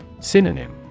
Synonym